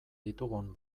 ditugun